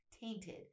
tainted